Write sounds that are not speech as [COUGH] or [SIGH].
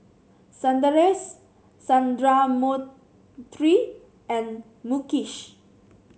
Sundaresh [UNINTELLIGIBLE] and Mukesh